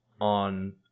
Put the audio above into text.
on